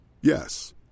Yes